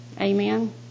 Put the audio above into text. Amen